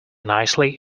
nicely